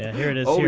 ah here it is.